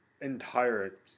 entire